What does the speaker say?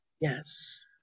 Yes